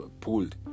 pulled